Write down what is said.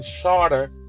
shorter